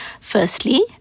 Firstly